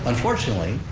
unfortunately,